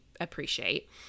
appreciate